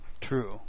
True